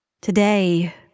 Today